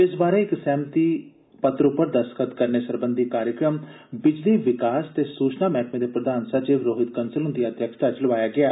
इस बारै इक सहमति उप्पर दस्तख़्त करने सरबंधी कार्जक्रम बिजली विकास ते सूचना मैहकमे दे प्रधान सचिव रोहित कंसल ह्न्दी अध्यक्षता च लोआया गेआ